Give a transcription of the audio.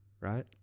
Right